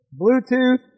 Bluetooth